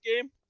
game